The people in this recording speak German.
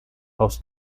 aus